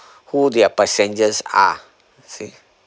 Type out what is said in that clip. who their passengers are you see